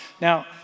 Now